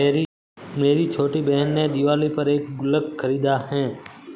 मेरी छोटी बहन ने दिवाली पर एक गुल्लक खरीदा है